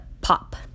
Pop